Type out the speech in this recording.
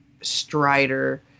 Strider